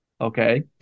okay